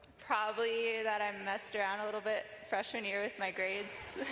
probably that i messed around a little bit freshman year with my grades